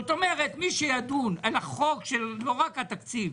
זאת אומרת, מי שידון על החוק, לא רק התקציב,